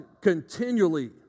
continually